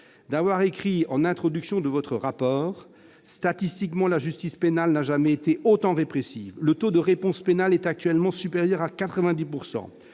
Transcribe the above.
d'avoir écrit en introduction de votre rapport :« Statistiquement, la justice pénale n'a jamais été aussi répressive. « Le taux de réponse pénale est actuellement supérieur à 90 %.